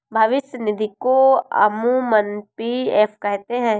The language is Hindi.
भविष्य निधि को अमूमन पी.एफ कहते हैं